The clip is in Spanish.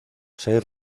seis